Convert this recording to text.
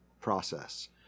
process